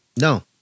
No